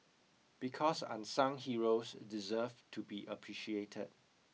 because unsung heroes deserve to be appreciated